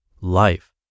life